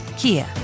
Kia